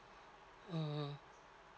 mm